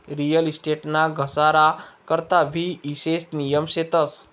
real estate ना घसारा करता भी ईशेष नियम शेतस